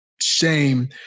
shame